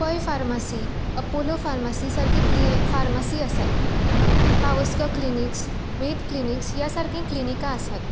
Pai pharmacy Apollo pharmacy सारकीं क्लिनी pharmacy आसात पावसकर क्लिनिक्स वेध क्लिनिक्स ह्या सारकीं क्लिनिकां आसात